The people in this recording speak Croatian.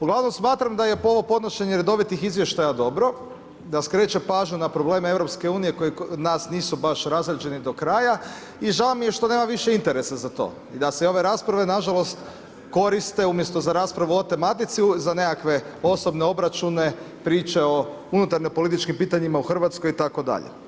Uglavnom smatram da je ovo podnošenje redovitih izvještaja dobro, da skreće pažnju na probleme EU koji kod nas nisu baš razrađeni do kraja i žao mi je što nema više interesa za to i da se ove rasprave nažalost koriste umjesto za raspravu o ovoj tematici za nekakve osobne obračune, priče o unutarnjo-političkim pitanjima u Hrvatskoj itd.